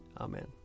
Amen